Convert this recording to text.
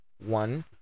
one